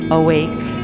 awake